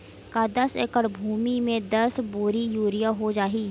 का दस एकड़ भुमि में दस बोरी यूरिया हो जाही?